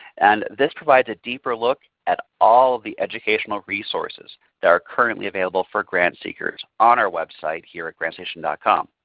and this provides a deeper look at all of the educational resources that are currently available for grant seekers on our website here at grantstation com.